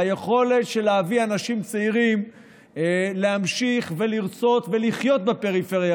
והיכולת להביא אנשים צעירים להמשיך לרצות לחיות בפריפריה